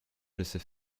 laissait